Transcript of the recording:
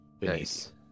Nice